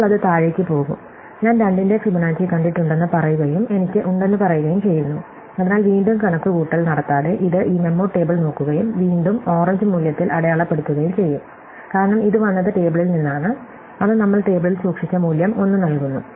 ഇപ്പോൾ അത് താഴേക്ക് പോകും ഞാൻ 2 ന്റെ ഫിബൊനാച്ചി കണ്ടിട്ടുണ്ടെന്ന് പറയുകയും എനിക്ക് ഉണ്ടെന്ന് പറയുകയും ചെയ്യുന്നു അതിനാൽ വീണ്ടും കണക്കുകൂട്ടൽ നടത്താതെ ഇത് ഈ മെമ്മോ ടേബിൾ നോക്കുകയും വീണ്ടും ഓറഞ്ച് മൂല്യത്തിൽ അടയാളപ്പെടുത്തുകയും ചെയ്യും കാരണം ഇത് വന്നത് ടേബിളിൽ നിന്നാണ് അത് നമ്മൾ ടേബിളിൽ സൂക്ഷിച്ച മൂല്യം 1 നൽകുന്നു